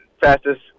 fastest